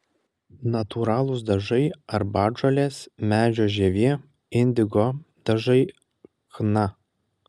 natūralūs dažai arbatžolės medžio žievė indigo dažai chna